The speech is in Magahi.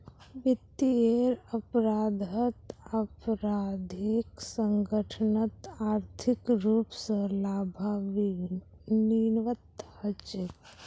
वित्तीयेर अपराधत आपराधिक संगठनत आर्थिक रूप स लाभान्वित हछेक